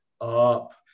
up